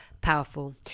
powerful